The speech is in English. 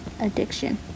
addiction